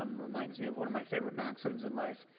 um reminds me of one of my favorite maxims in life